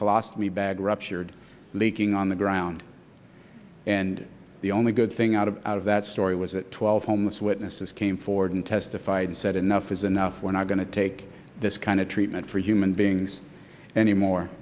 cost me bag ruptured leaking on the ground and the only good thing out of out of that story was that twelve homeless witnesses came forward and testified said enough is enough we're not going to take this kind of treatment for human beings anymore